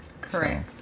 Correct